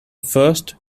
first